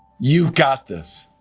you got this,